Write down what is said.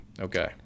Okay